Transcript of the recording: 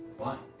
why?